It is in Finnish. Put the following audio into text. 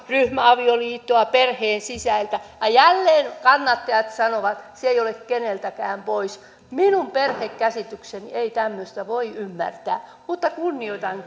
ryhmäavioliittoa perheen sisältä ja jälleen kannattajat sanovat että se ei ole keneltäkään pois minun perhekäsitykseni ei tämmöistä voi ymmärtää mutta kunnioitan